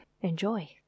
Enjoy